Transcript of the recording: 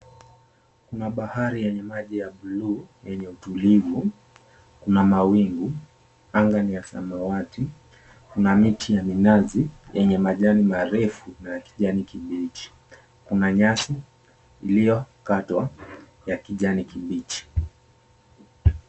Kuna bahari yenye maji ya buluu yenye utulivu, kuna mawingu, anga ni ya samawati, kuna miti ya minazi yenye majani marefu na ya kijani kibichi, kuna nyasi iliyokatwa ya kijani kibichi.